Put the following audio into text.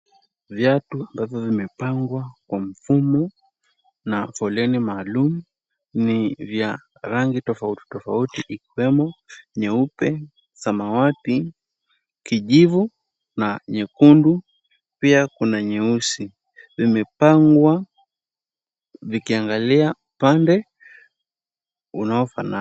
Viatu ambavyo vimepangwa kwa mfumo na foleni maalum ni vya rangi tofauti tofauti ikiwemo nyeupe, samawati, kijivu na nyekundu, pia kuna nyeusi. Vimepangwa vikiangalia upande unaofanana.